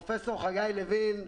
פרופ' חגין לוין,